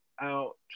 out